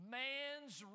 man's